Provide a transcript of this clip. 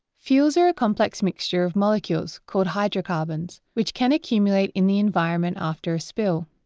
fuels are a complex mixture of molecules called hydrocarbons, which can accumulate in the environment after a spill.